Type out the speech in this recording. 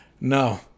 No